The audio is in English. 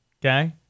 okay